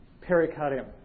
pericardium